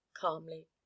calmly